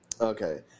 Okay